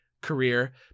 career